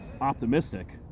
optimistic